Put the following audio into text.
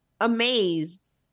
amazed